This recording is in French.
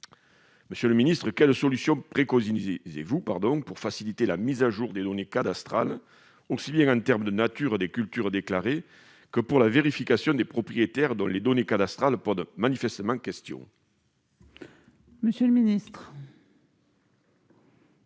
Monsieur le ministre, quelles solutions préconisez-vous pour faciliter la mise à jour des données cadastrales, aussi bien en termes de nature des cultures déclarées que pour la vérification des propriétaires dont les données cadastrales posent manifestement question ? La parole est